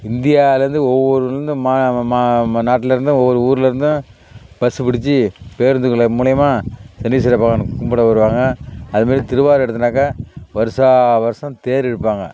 இந்தியாவிலேருந்து ஒவ்வொரு இந்த மா மா ம நாட்டில் இருந்தும் ஒவ்வொரு ஊரில் இருந்தும் பஸ்ஸு பிடிச்சி பேருந்துகள் மூலிமா சனீஸ்வர பகவானை கும்பிட வருவாங்க அதுமாரி திருவாரூர் எடுத்தோன்னாக்கால் வருஷா வருஷம் தேர் இழுப்பாங்க